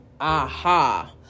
aha